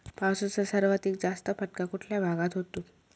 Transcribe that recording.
पावसाचा सर्वाधिक जास्त फटका कुठल्या भागात होतो?